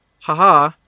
haha